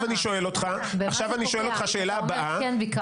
במה זה פוגע אם אתה אומר כן ביקרת או לא ביקרת?